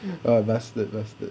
ah vested vested